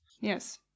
Yes